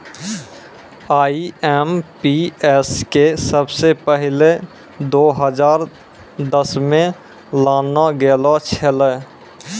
IMPS के सबसे पहिलै दो हजार दसमे लानलो गेलो छेलै